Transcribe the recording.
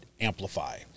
amplify